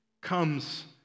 comes